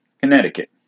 Connecticut